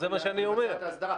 זה מה שאני אומר.